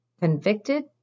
convicted